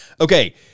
Okay